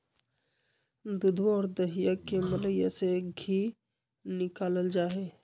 दूधवा और दहीया के मलईया से धी निकाल्ल जाहई